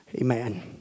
Amen